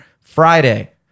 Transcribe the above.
Friday